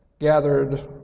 gathered